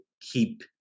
keep